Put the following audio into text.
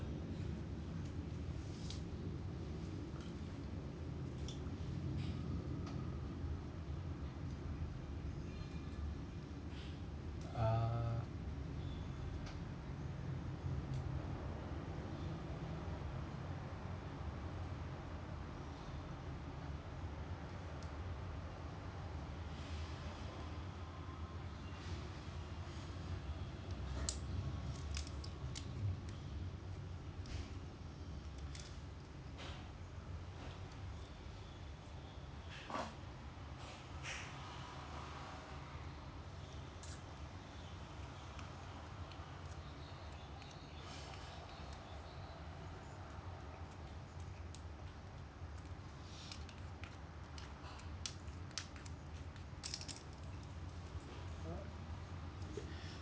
err